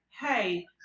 hey